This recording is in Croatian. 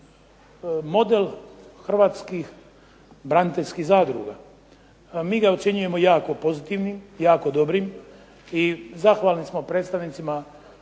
model hrvatskih braniteljskih zadruga. Mi ga ocjenjujemo jako pozitivnim, jako dobrim i zahvalni smo predstavnicima